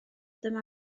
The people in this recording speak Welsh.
dyma